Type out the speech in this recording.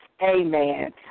Amen